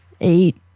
eight